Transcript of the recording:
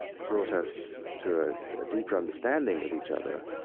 brought us to a deeper understanding of each other,